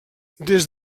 des